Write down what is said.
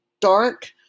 dark